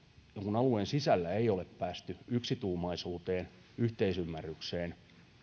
alueen sisällä ei ole päästy yksituumaisuuteen yhteisymmärrykseen